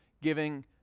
giving